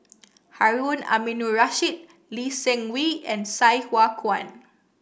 Harun Aminurrashid Lee Seng Wee and Sai Hua Kuan